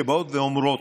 שבאות ואומרות,